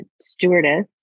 stewardess